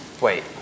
Wait